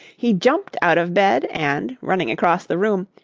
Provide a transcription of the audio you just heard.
he jumped out of bed and, running across the room,